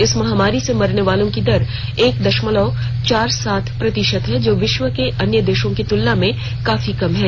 इस महामारी से मरने वालों की दर एक दशमलव चार सात प्रतिशत है जो विश्व के अन्य देशों की तुलना में काफी कम है